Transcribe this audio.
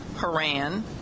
Haran